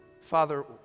father